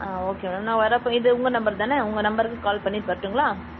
ஆ okay ma'am நான் வர்றப்போ இது உங்கள் நம்பர் தானே உங்கள் நம்பருக்கு கால் பண்ணிவிட்டு வரட்டும்ங்களா